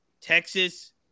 Texas